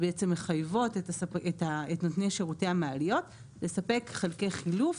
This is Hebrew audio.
שבעצם מחייבות את נותני שירותי המעליות לספק חלקי חילוף